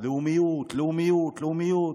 לאומיות, לאומיות, לאומיות.